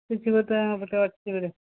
ଗୋଟେ ଅଛି ବୋଧେ